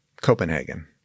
Copenhagen